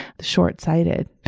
short-sighted